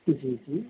ਜੀ ਜੀ